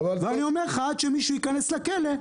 רק כשמישהו ייכנס לכלא,